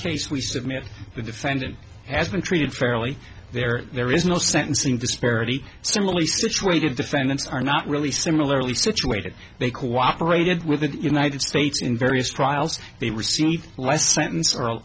case we submit the defendant has been treated fairly there there is no sentencing disparity similarly situated defendants are not really similarly situated they cooperated with the united states in various trials they received life sentence or